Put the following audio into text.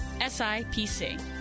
SIPC